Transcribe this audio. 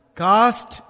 cast